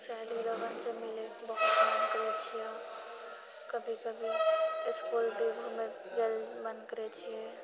सहेली लोगनसँ मिलयके बहुत मन करैत छियै कभी कभी इस्कूल भी घुमयले जाइके मन करैत छियै